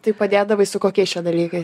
tai padėdavai su kokiais čia dalykais